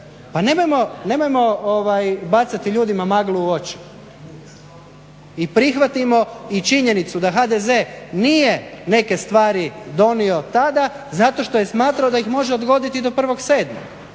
Pa nemojmo bacati ljudima maglu u oči i prihvatimo i činjenicu da HDZ nije neke stvari donio tada zato što je smatrao da ih može odgoditi do 1.7. zato